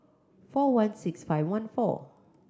four one six five one four